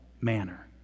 manner